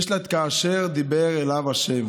יש לה את "כאשר דיבר אליו ה'",